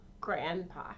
grandpa